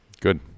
Good